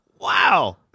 Wow